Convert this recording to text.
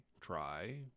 try